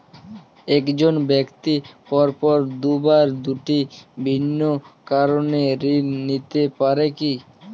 এক জন ব্যক্তি পরপর দুবার দুটি ভিন্ন কারণে ঋণ নিতে পারে কী?